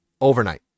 overnight